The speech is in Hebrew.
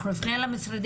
אנחנו נפנה למשרדים,